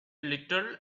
little